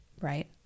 right